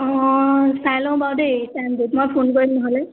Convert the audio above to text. অঁ চাই লওঁ বাৰু দেই টাইমটোত মই ফোন কৰিম নহ'লে